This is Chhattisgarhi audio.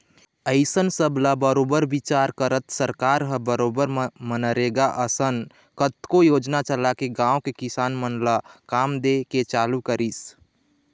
अइसन सब ल बरोबर बिचार करत सरकार ह बरोबर मनरेगा असन कतको योजना चलाके गाँव के किसान मन ल काम दे के चालू करिस